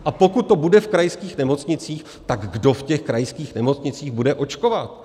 A pokud to bude v krajských nemocnicích, tak kdo v těch krajských nemocnicích bude očkovat?